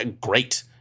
great